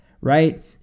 right